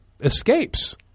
escapes